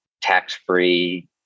tax-free